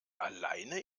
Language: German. alleine